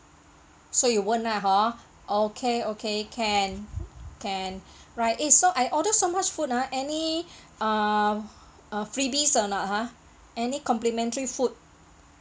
so it won't lah hor okay okay can can right eh so I order so much food ah any err uh freebies or not ha any complimentary food